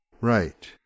Right